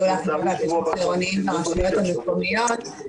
לייעול האכיפה והפיקוח העירוניים ברשויות המקומיות.